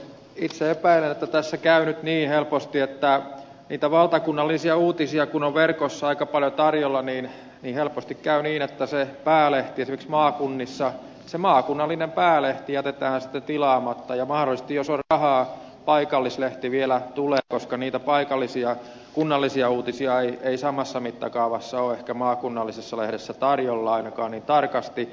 itse epäilen että tässä käy helposti nyt niin että niitä valtakunnallisia uutisia kun on verkossa aika paljon tarjolla niin helposti se päälehti esimerkiksi maakunnissa se maakunnallinen päälehti jätetään sitten tilaamatta ja mahdollisesti jos on rahaa paikallislehti vielä tulee koska niitä paikallisia kunnallisia uutisia ei samassa mittakaavassa ehkä ole maakunnallisissa lehdissä tarjolla ainakaan niin tarkasti